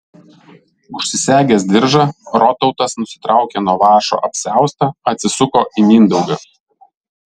užsisegęs diržą rotautas nusitraukė nuo vąšo apsiaustą atsisuko į mindaugą